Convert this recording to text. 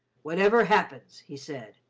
whatever happens, he said,